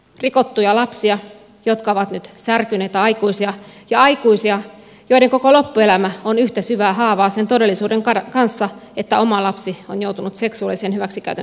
rikottuja lapsia jotka ovat nyt särkyneitä aikuisia ja aikuisia joiden koko loppuelämä on yhtä syvää haavaa sen todellisuuden kanssa että oma lapsi on joutunut seksuaalisen hyväksikäytön uhriksi